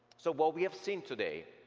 so what we have seen today